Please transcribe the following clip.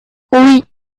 oui